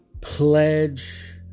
pledge